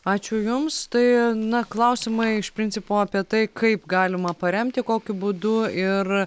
ačiū jums tai na klausimai iš principo apie tai kaip galima paremti kokiu būdu ir